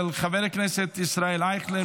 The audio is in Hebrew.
של חבר הכנסת ישראל אייכלר,